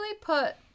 put